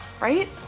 right